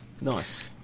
Nice